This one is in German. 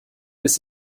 bis